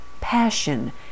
passion